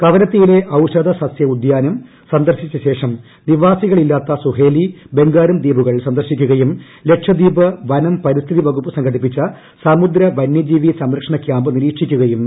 കവരത്തിയിലെ ഔഷധസസൃ ഉദ്യാനം സന്ദർശിച്ച ശേഷം നിവാസികളില്ലാത്ത സുഹേലി ബംഗാരം ദ്വീപുകൾ സന്ദർശിക്കുകയും ലക്ഷദ്വീപ് വനം പരിസ്ഥിതി വകുപ്പ് സംഘടിപ്പിച്ച സമുദ്ര വന്യ ജീവി സംരക്ഷണ കൃാമ്പ് നിരീക്ഷിക്കുകയും ചെയ്തു